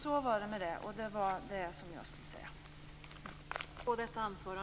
Så var det med det. Det var det jag skulle säga.